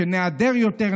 ובה נהדר יותר,